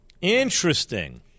Interesting